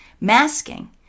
Masking